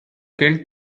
killed